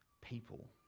people